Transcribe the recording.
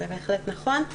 זה בהחלט נכון.